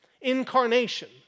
Incarnation